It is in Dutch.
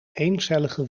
eencellige